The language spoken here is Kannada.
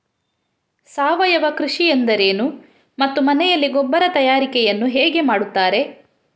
ಸಾವಯವ ಕೃಷಿ ಎಂದರೇನು ಮತ್ತು ಮನೆಯಲ್ಲಿ ಗೊಬ್ಬರ ತಯಾರಿಕೆ ಯನ್ನು ಹೇಗೆ ಮಾಡುತ್ತಾರೆ?